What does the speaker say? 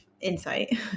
insight